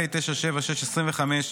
פ/5976/25,